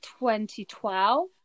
2012